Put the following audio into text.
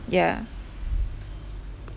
yeah